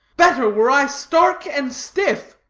better were i stark and stiff!